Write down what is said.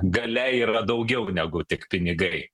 galia yra daugiau negu tik pinigai